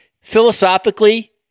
philosophically